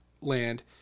land